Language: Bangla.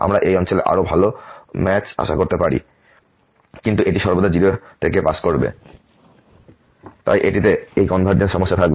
আমরা এই অঞ্চলে আরও ভাল ম্যাচ আশা করতে পারি কিন্তু এটি সর্বদা এই 0 থেকে পাস করবে তাই এটিতে এই কনভারজেন্স সমস্যা থাকবে